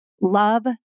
Love